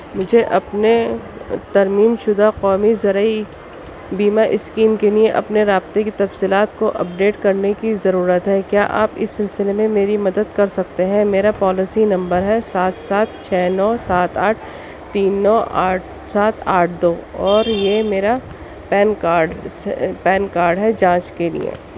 مجھے اپنے ترمیم شدہ قومی زرعی بیمہ اسکیم کے لیے اپنے رابطے کی تفصیلات کو اپ ڈیٹ کرنے کی ضرورت ہے کیا آپ اس سلسلے میں میری مدد کر سکتے ہیں میرا پالسی نمبر ہے سات سات چھ نو سات آٹھ تین نو آٹھ سات آٹھ دو اور یہ میرا پین کارڈ اس سے پین کارڈ ہے جانچ کے لیے